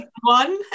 one